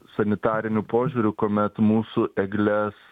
sanitariniu požiūriu kuomet mūsų egles